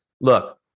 look